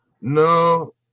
No